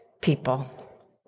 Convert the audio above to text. people